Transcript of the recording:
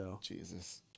Jesus